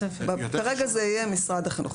כרגע זה יהיה משרד החינוך.